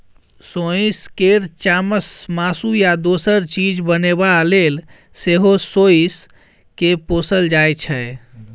सोंइस केर चामसँ मासु या दोसर चीज बनेबा लेल सेहो सोंइस केँ पोसल जाइ छै